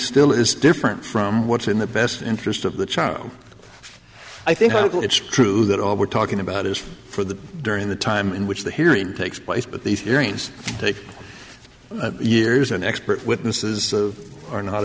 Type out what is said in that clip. still is different from what's in the best interest of the child i think it's true that all we're talking about is for the during the time in which the hearing takes place but these hearings take years and expert witnesses are not